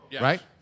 Right